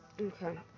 Okay